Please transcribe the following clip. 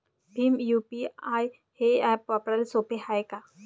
Bhim UPI हे app वापराले सोपे हाय का?